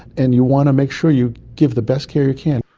and you want to make sure you give the best care you can.